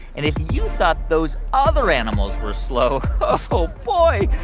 and if you thought those other animals were slow, oh, boy,